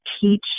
teach